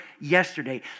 yesterday